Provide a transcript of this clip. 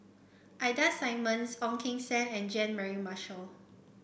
Ida Simmons Ong Keng Sen and Jean Mary Marshall